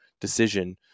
decision